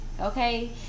okay